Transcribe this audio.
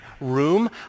room